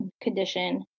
condition